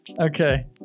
Okay